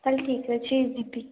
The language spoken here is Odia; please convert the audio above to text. ତାହାଲେ ଠିକ୍ ଅଛି ଯିବି